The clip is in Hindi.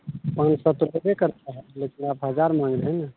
पाँच सौ तो देबे करता है लेकिन आप हज़ार माँग रहे हैं ना